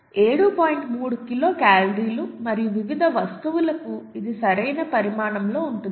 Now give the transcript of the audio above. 3 kilo కేలరీలు మరియు వివిధ వస్తువులకు ఇది సరైన పరిమాణంలో ఉంటుంది